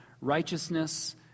righteousness